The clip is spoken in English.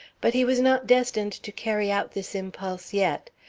but he was not destined to carry out this impulse yet.